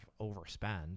overspend